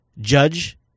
Judge